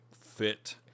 fit